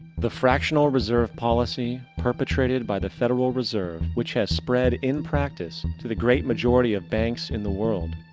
the fractional reserve policy, perpetrated by the federal reserve which has spread in practice to the great majority of banks in the world,